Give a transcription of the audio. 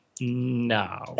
no